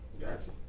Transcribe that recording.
Gotcha